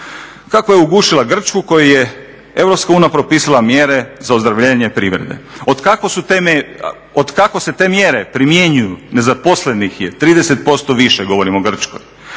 Kako je ugušila Grčku kojoj je EU propisala mjere za ozdravljenje privrede? Od kako se te mjere primjenjuju, nezaposlenih je 30% više, govorim o Grčkoj.